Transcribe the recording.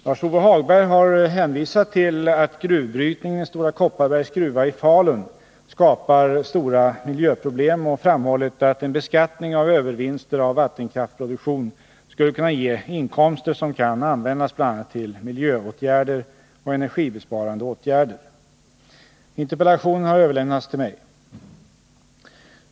Lars-Ove Hagberg har hänvisat till att gruvbrytningen i Stora Kopparbergs gruva i Falun skapar stora miljöproblem och framhållit att en beskattning av övervinster av vattenkraftsproduktion skulle kunna ge inkomster som kan användas bl.a. till miljöåtgärder och energibesparande åtgärder. Interpellationen har överlämnats till mig.